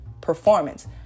performance